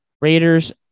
Raiders